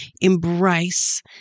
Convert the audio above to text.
embrace